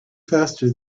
faster